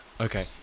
Okay